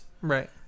right